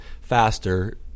faster